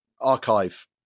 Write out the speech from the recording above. archive